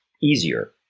easier